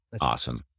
Awesome